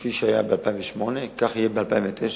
כפי שהיה ב-2008, כך יהיה ב-2009,